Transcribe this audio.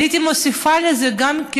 הייתי מוסיפה לזה גם: